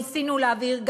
ניסינו להעביר,